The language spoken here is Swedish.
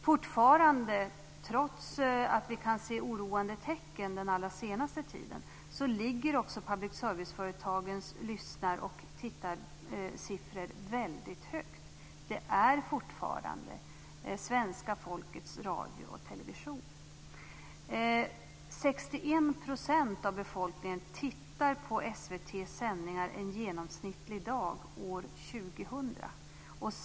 Fortfarande, trots att vi har sett oroande tecken den allra senaste tiden, ligger också public service-företagens lyssnar och tittarsiffror väldigt högt. Det är fortfarande svenska folkets radio och television. 61 % av befolkningen tittar på SVT:s sändningar en genomsnittlig dag år 2000.